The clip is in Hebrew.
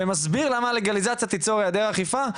ומסביר למה הלגליזציה תיצור היעדר אכיפה?